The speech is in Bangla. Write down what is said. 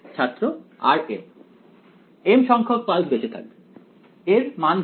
ছাত্র rm m সংখ্যক পালস বেঁচে থাকবে এর মাণ কি